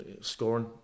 scoring